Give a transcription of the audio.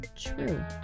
true